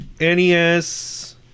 NES